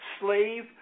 slave